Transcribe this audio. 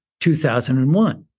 2001